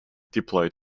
deployed